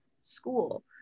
school